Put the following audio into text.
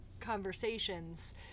conversations